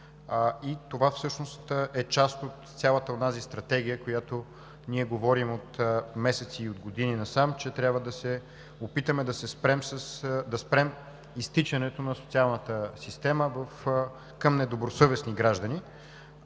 Това всъщност е част от цялата онази стратегия, за която ние говорим от месеци и години насам – че трябва да се опитаме да спрем изтичането на социалната система към недобросъвестни граждани.